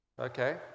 Okay